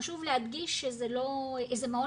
חשוב להדגיש שזה מעון